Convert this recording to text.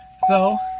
so